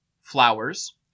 flowers